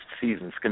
seasons